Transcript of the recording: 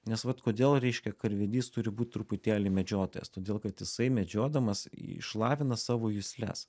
nes vat kodėl reiškia karvedys turi būt truputėlį medžiotojas todėl kad jisai medžiodamas išlavina savo jusles